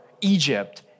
Egypt